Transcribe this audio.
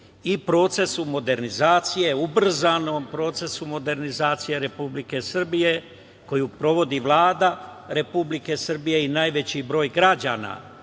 i procesu modernizacije, ubrzanom procesu modernizacije Republike Srbije koju sprovodi Vlada Republike Srbije i najveći broj građana